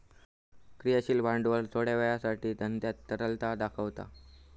क्रियाशील भांडवल थोड्या वेळासाठी धंद्यात तरलता दाखवता